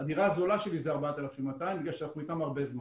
הדירה הזולה שלי עולה 4,200 בגלל שאנחנו איתם הרבה זמן.